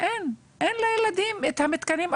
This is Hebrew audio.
אין לילדים את המתקנים.